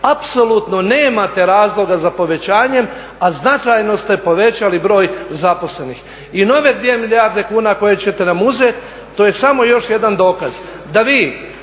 apsolutno nemate razloga za povećanjem, a značajno ste povećali broj zaposlenih. I nove 2 milijarde kuna koje ćete nam uzeti, to je samo još jedan dokaz da vi